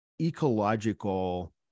ecological